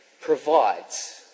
provides